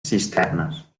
cisternes